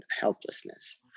helplessness